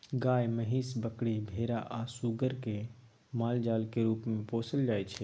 गाय, महीस, बकरी, भेरा आ सुग्गर केँ मालजालक रुप मे पोसल जाइ छै